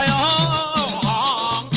o